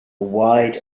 wide